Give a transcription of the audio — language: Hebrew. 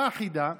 מה החידה?